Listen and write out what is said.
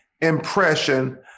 impression